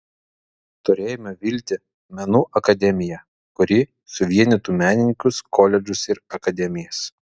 turėjome viltį menų akademiją kuri suvienytų menininkus koledžus ir akademijas